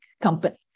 company